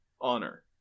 Honor